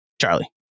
Charlie